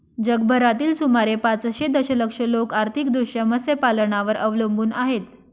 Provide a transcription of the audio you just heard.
जगभरातील सुमारे पाचशे दशलक्ष लोक आर्थिकदृष्ट्या मत्स्यपालनावर अवलंबून आहेत